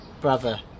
brother